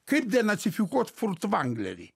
kaip denacifikuot furtvanglerį